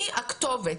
מי הכתובת,